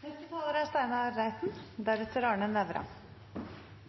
Representanten Cecilie Myrseth brukte innlegget sitt på fiskeripolitikk. La det være sagt med en